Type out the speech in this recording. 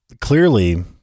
clearly